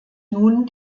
nun